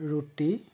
ৰুটি